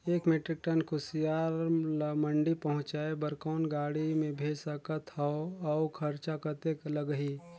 एक metric ton कुसियार ल मंडी पहुंचाय बर कौन गाड़ी मे भेज सकत हव अउ खरचा कतेक लगही?